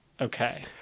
Okay